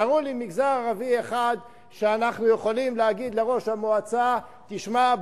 תראו לי מגזר ערבי אחד שאנחנו יכולים להגיד לראש המועצה: תשמע,